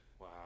Wow